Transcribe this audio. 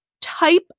type